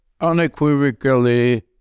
unequivocally